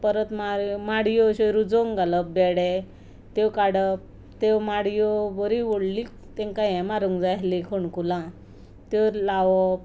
परत माड्यो अश्यो रुजोवंक घालप त्यो काडप त्यो माड्यो बरी व्हडली तेंकां हें मारूंक जाय आसली होणकुलां त्यो लावप